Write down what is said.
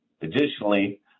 Additionally